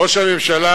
ראש הממשלה,